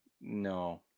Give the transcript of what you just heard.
No